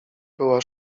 była